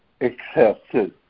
accepted